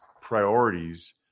priorities